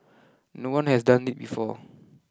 no one has done it before